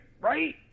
Right